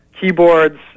keyboards